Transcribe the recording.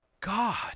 God